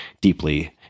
deeply